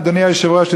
אדוני היושב-ראש,